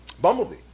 Bumblebee